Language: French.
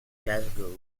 glasgow